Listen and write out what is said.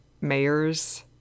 mayor's